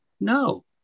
No